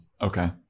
Okay